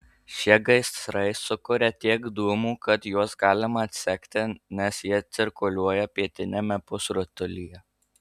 šie gaisrai sukuria tiek dūmų kad juos galima atsekti nes jie cirkuliuoja pietiniame pusrutulyje